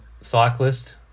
cyclist